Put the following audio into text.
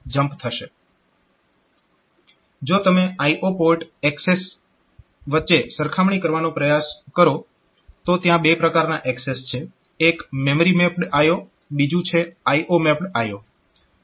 જો તમે આ IO પોર્ટ એક્સેસ વચ્ચે સરખામણી કરવાનો પ્રયાસ કરો તો ત્યાં બે પ્રકારના એક્સેસ છે એક મેમરી મેપ્ડ IO બીજું છે IO મેપ્ડ IO